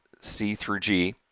c through g,